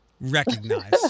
Recognize